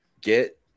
get